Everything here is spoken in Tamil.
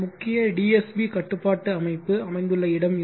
முக்கிய DSP கட்டுப்பாட்டு அமைப்பு அமைந்துள்ள இடம் இது